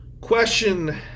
Question